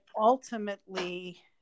ultimately